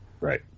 Right